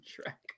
track